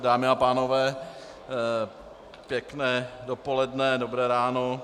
Dámy a pánové, pěkné dopoledne, spíše dobré ráno.